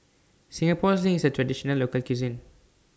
Singapore Sling IS A Traditional Local Cuisine